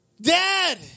Dad